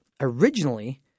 originally